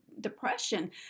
depression